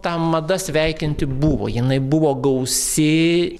ta mada sveikinti buvo jinai buvo gausi